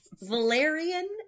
Valerian